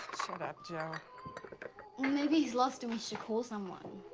shut up joe. well maybe he's lost and we should call someone.